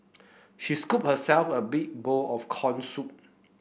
she scooped herself a big bowl of corn soup